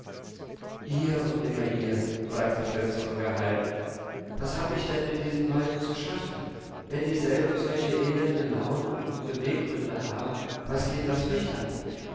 ihr und immer ihr sagte fritz ungehalten was hab ich denn mit diesen leuten zu schaffen wenn dieselben solche elende launen und beweggründe haben was geht das mich an